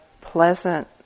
pleasant